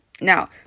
Now